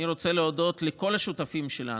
אני רוצה להודות לכל השותפים שלנו.